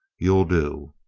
you'll do!